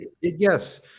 yes